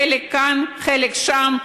חלק כאן, חלק שם.